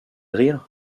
rire